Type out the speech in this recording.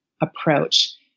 approach